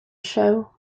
show